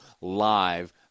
live